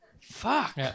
Fuck